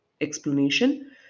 explanation